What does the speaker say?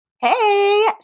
Hey